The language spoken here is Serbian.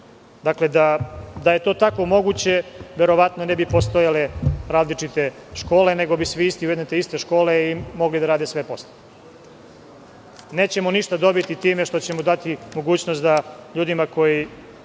Da je to tako moguće, verovatno ne bi postojale različite škole, nego bi svi išli u jedne te iste škole i mogli da rade sve poslove. Nećemo ništa dobiti time što ćemo dati mogućnost da ljudima koji